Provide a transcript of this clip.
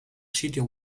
sitio